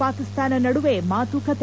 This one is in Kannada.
ಪಾಕಿಸಾನ ನಡುವೆ ಮಾತುಕತೆ